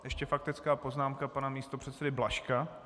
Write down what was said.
Ještě faktická poznámka pana místopředsedy Blažka.